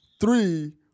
three